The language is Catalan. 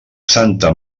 santa